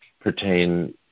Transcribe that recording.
pertain